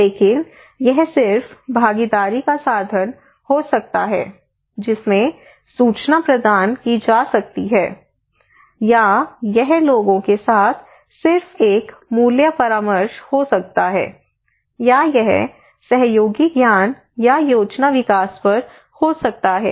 लेकिन यह सिर्फ भागीदारी का साधन हो सकता है जिसमें सूचना प्रदान की जा सकती है या यह लोगों के साथ सिर्फ एक मूल्य परामर्श हो सकता है या यह सहयोगी ज्ञान या योजना विकास पर हो सकता है